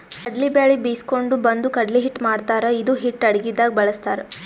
ಕಡ್ಲಿ ಬ್ಯಾಳಿ ಬೀಸ್ಕೊಂಡು ಬಂದು ಕಡ್ಲಿ ಹಿಟ್ಟ್ ಮಾಡ್ತಾರ್ ಇದು ಹಿಟ್ಟ್ ಅಡಗಿದಾಗ್ ಬಳಸ್ತಾರ್